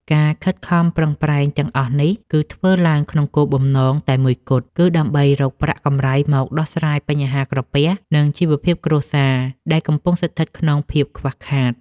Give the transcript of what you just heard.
ការខិតខំប្រឹងប្រែងទាំងអស់នេះ គឺធ្វើឡើងក្នុងគោលបំណងតែមួយគត់ គឺដើម្បីរកប្រាក់កម្រៃមកដោះស្រាយបញ្ហាក្រពះ និងជីវភាពគ្រួសារដែលកំពុងស្ថិតក្នុងភាពខ្វះខាត។